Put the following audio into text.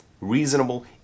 reasonable